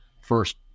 first